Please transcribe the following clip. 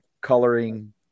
coloring